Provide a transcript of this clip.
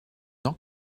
not